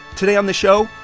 today on the show,